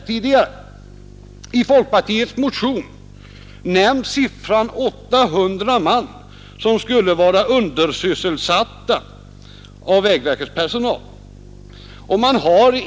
I folkpartiets motion nämns att 800 man av vägverkets personal skulle vara undersysselsatta.